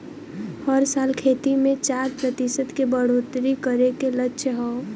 हर साल खेती मे चार प्रतिशत के बढ़ोतरी करे के लक्ष्य हौ